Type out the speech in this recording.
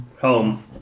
Home